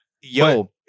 Yo